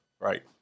right